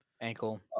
ankle